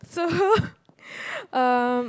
so um